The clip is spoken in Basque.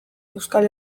euskal